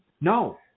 No